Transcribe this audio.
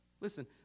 Listen